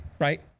right